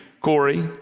Corey